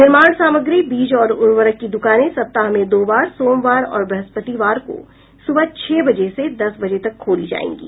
निर्माण सामग्री बीज और उर्वरक की दुकानें सप्ताह में दो बार सोमवार और व्रहस्पतिवार को सुबह छह बजे से दस बजे तक खोली जाएंगी